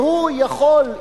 והוא יכול,